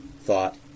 thought